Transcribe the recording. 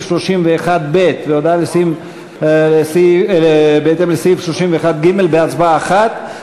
31(ב) והודעה בהתאם לסעיף 31(ג) בהצבעה אחת.